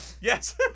Yes